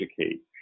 educate